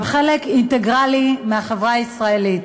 הם חלק אינטגרלי של החברה הישראלית.